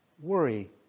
worry